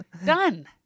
done